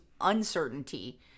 uncertainty